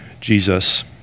Jesus